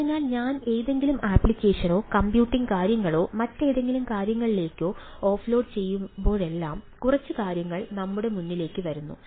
അതിനാൽ ഞാൻ ഏതെങ്കിലും ആപ്ലിക്കേഷനോ കമ്പ്യൂട്ടിംഗ് കാര്യങ്ങളോ മറ്റേതെങ്കിലും കാര്യങ്ങളിലേക്ക് ഓഫ്ലോഡ് ചെയ്യുമ്പോഴെല്ലാം കുറച്ച് കാര്യങ്ങൾ നമ്മുടെ മുന്നിലേക്ക് വരുന്നു